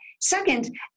Second